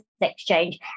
exchange